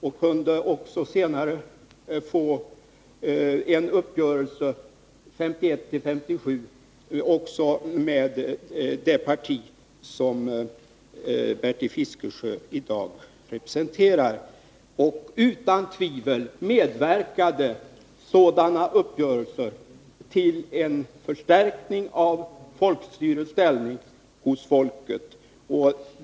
1951-1957 kunde man också träffa en uppgörelse med det parti som Bertil Fiskesjö i dag representerar. Utan tvivel medverkade sådana uppgörelser till en förstärkning av folkstyrets ställning hos folket.